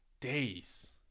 Days